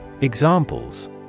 Examples